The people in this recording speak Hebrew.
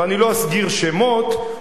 ואני לא אסגיר שמות,